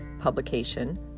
publication